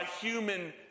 human